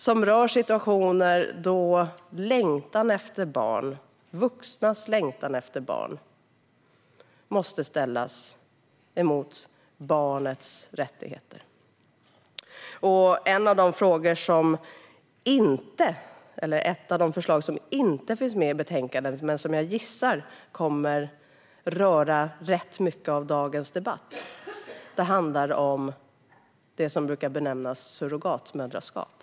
De rör situationer då vuxnas längtan efter barn måste ställas mot barnets rättigheter. Ett av de förslag som inte finns med i betänkandet men som jag gissar att rätt mycket av dagens debatt kommer att röra sig om handlar om det som brukar benämnas surrogatmoderskap.